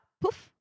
Poof